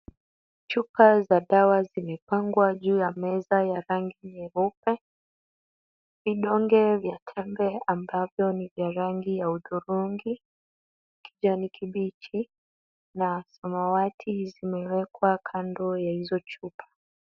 Chupa za dawa zimepangwa juu ya meza ya rangi nyeupe. Vidonge vya tembe ambavyo ni vya rangi ya hudhurungi, kijani kibichi na samawati zimewekwa kando ya hizo chupa.